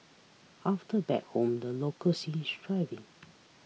after back home the local scene is thriving